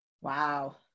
Wow